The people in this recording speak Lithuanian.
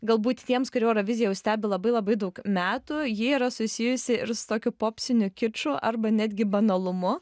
galbūt tiems kurie euroviziją jau stebi labai labai daug metų ji yra susijusi ir su tokiu popsiniu kiču arba netgi banalumu